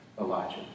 Elijah